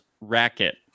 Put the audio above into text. racket